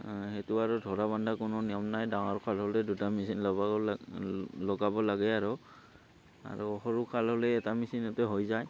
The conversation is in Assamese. সেইটো আৰু ধৰা বন্ধা কোনো নিয়ম নাই ডাঙৰ খাল হ'লে দুটা মেচিন লগাব লগাব লাগে আৰু আৰু সৰু খাল হ'লে এটা মেচিনতে হৈ যায়